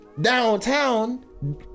downtown